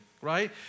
Right